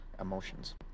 emotions